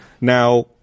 Now